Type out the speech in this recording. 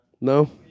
No